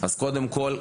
אז קודם כל,